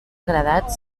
agradat